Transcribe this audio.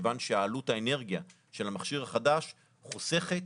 כיוון שעלות האנרגיה של המכשיר החדש חוסכת